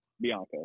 Bianca